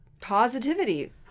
positivity